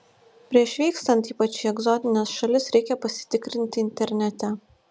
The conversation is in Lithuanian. prieš vykstant ypač į egzotines šalis reikia pasitikrinti internete